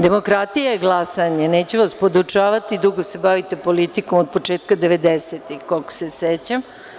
Demokratija je glasanje, neću vas podučavati, dugo se bavite politikom od početka devedesetih koliko se sećam.